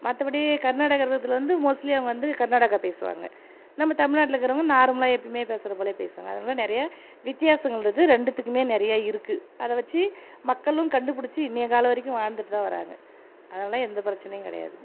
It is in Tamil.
மற்றபடி கர்நாடகத்துல வந்து மோஸ்ட்லி அவங்க வந்து கர்நாடகா பேசுவாங்க நம்ம தமிழ்நாட்டில் இருக்கிறவங்க நார்மலாக எப்போயுமே பேசுகிற போலேயே பேசுவாங்க அதனால நிறைய வித்தியாசங்கள் வந்து ரெண்டுத்துக்குமே நிறைய இருக்குது அதை வச்சு மக்களும் கண்டுபிடிச்சி இன்றைய வரைக்கும் வாழ்ந்துகிட்டு தான் வராங்க அதனால் எந்த பிரச்சினையும் கிடையாது